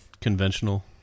conventional